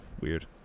Weird